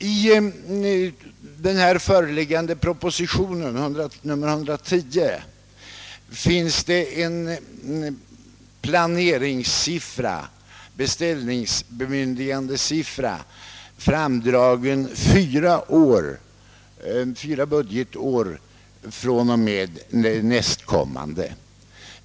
I den föreliggande propositionen nr 110 har en planeringssiffra, en beställningsbemyndigandesiffra, framräknats fyra budgetår fr.o.m. det nästkommande.